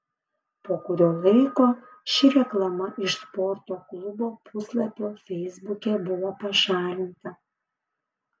po kurio laiko ši reklama iš sporto klubo puslapio feisbuke buvo pašalinta